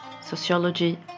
sociology